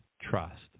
trust